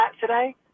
today